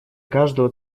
каждого